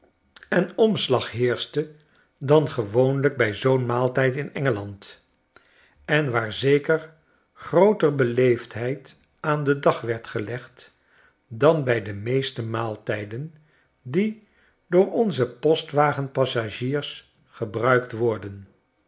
en omslag heerschte dangewoonlijk bij zoo'n maaltijd in engeland en waar zeker grooter beleefdheid aan den dag werd gelegd dan bij de meeste maaltijden die door onze postwagen passagiers gebruikt worden